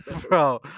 Bro